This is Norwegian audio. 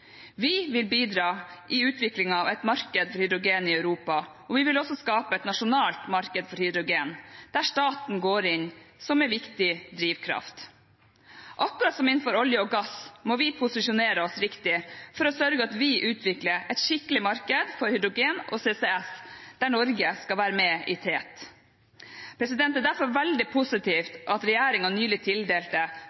Vi vil bidra i utviklingen av et marked for hydrogen i Europa, og vi vil også skape et nasjonalt marked for hydrogen, der staten går inn som en viktig drivkraft. Akkurat som innenfor olje og gass må vi posisjonere oss riktig for å sørge for at vi utvikler et skikkelig markedet for hydrogen og CCS, der Norge skal være med i tet. Det er derfor veldig